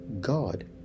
God